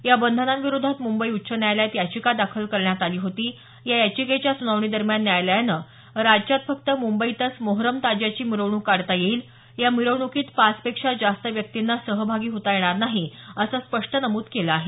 या बंधनाविरोधात मुंबई उच्च न्यायालयात याचिका दाखल करण्यात आली होती या याचिकेच्या सुनावणी दरम्यान न्यायालयानं राज्यात फक्त मुंबईतच मोहरम ताजियाची मिरवणूक काढता येईल या मिरवणूकीत पाचपेक्षा जास्त व्यक्तींना सहभागी होता येणार नाही असं स्पष्ट नमूद केलं आहे